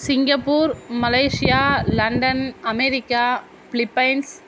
Singapore Malaysia London America Philippines